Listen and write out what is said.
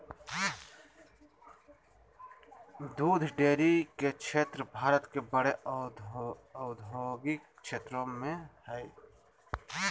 दूध डेरी के क्षेत्र भारत के बड़े औद्योगिक क्षेत्रों में हइ